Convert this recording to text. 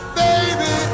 baby